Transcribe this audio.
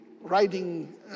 writing